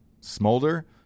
Smolder